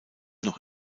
noch